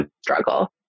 struggle